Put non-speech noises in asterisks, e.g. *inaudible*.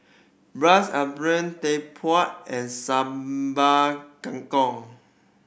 braised *unintelligible* and Sambal Kangkong